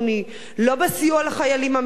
לא בסיוע לחיילים המשוחררים,